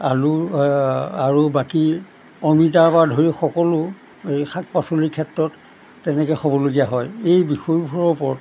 আলু আৰু বাকী অমিতাৰ পৰা ধৰি সকলো এই শাক পাচলিৰ ক্ষেত্ৰত তেনেকৈ খাবলগীয়া হয় এই বিষয়বোৰৰ ওপৰত